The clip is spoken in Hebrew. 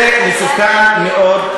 זה מסוכן מאוד.